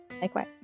Likewise